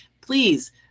please